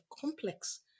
complex